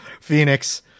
Phoenix